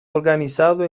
organizado